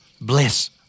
bliss